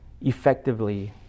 effectively